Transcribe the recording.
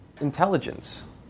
intelligence